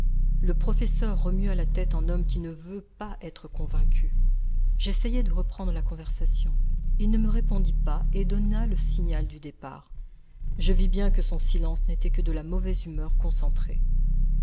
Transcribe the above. le professeur remua la tête en homme qui ne veut pas être convaincu j'essayai de reprendre la conversation il ne me répondit pas et donna le signal du départ je vis bien que son silence n'était que de la mauvaise humeur concentrée